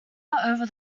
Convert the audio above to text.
over